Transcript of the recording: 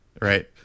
Right